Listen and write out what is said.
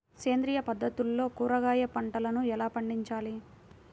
సేంద్రియ పద్ధతుల్లో కూరగాయ పంటలను ఎలా పండించాలి?